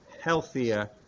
healthier